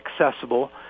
accessible